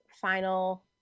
final